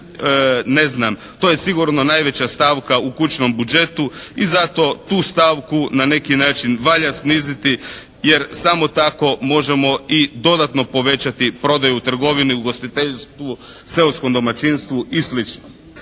to je sigurno najveća stavka u kućnom budžetu i zato tu stavku na neki način valja sniziti jer samo tako možemo i dodatno povećati prodaju u trgovini, u ugostiteljstvu, seoskom domaćinstvu i